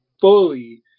fully